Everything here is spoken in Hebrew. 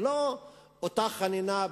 ולא אותה חנינה,